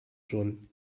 schon